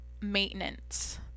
maintenance